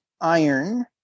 iron